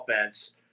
offense